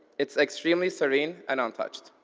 it's extremely serene and untouched.